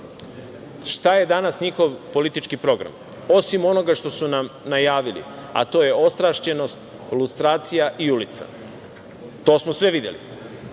Šta je danas njihov politički program, osim onoga što su nam najavili? To je ostrašćenost, lustracija i ulica. To smo sve videli. Osim